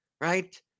right